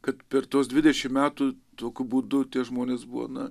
kad per tuos dvidešim metų tokiu būdu tie žmonės buvo na